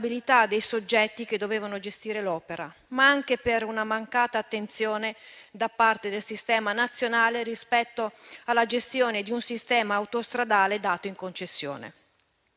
dei soggetti che dovevano gestire l'opera, ma anche per una mancata attenzione da parte del sistema nazionale rispetto alla gestione di un sistema autostradale dato in concessione;